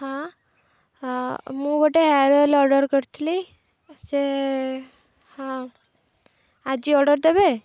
ହଁ ମୁଁ ଗୋଟେ ହେୟାର ଅଏଲ ଅର୍ଡର୍ କରିଥିଲି ସେ ହଁ ଆଜି ଅର୍ଡର୍ ଦେବେ